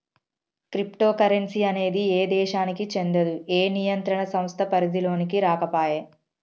crypto currency అనేది ఏ దేశానికీ చెందదు, ఏ నియంత్రణ సంస్థ పరిధిలోకీ రాకపాయే